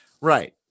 Right